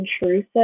intrusive